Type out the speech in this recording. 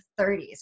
30s